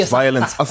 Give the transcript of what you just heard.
violence